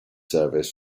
service